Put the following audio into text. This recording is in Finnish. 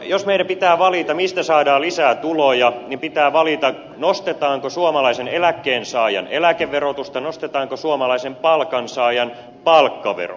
jos meidän pitää valita mistä saadaan lisää tuloja niin pitää valita nostetaanko suomalaisen eläkkeensaajan eläkeverotusta nostetaanko suomalaisen palkansaajan palkkaverotusta